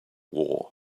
war